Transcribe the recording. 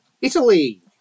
Italy